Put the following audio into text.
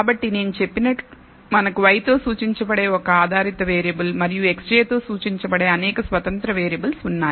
కాబట్టి నేను చెప్పినట్లు మనకు y తో సూచించబడే ఒక్క ఆధారిత వేరియబుల్ మరియు xj తో సూచించబడే అనేక స్వతంత్రం వేరియబుల్స్ ఉన్నాయి